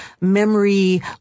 memory